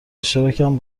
اشتراکم